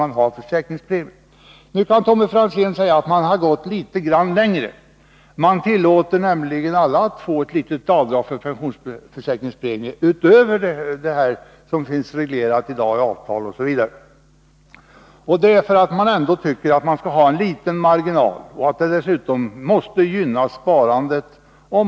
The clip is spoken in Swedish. Tommy Franzén kanske tycker att vi har gått litet för långt när vi tillåter alla att få ett litet avdrag för pensionsförsäkringspremier, utöver det som i dag regleras i avtal osv. Man tycker att det skall finnas viss marginal och att det måste gynna sparandet.